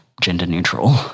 gender-neutral